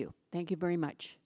you thank you very much